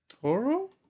Toro